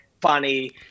funny